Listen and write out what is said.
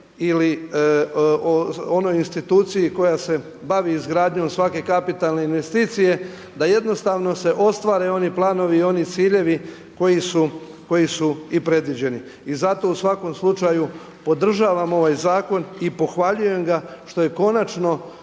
ili onoj instituciji koja se bavi izgradnjom svake kapitalne investicije, da jednostavno se ostvare oni planovi i oni ciljevi koji su i predviđeni. I zato u svakom slučaju podržavam ovaj Zakon i pohvaljujem ga što je konačno